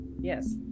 Yes